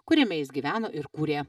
kuriame jis gyveno ir kūrė